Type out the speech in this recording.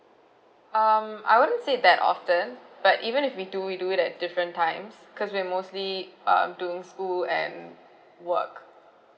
um I wouldn't say that often but even if we do we do at different times because we're mostly um doing school and work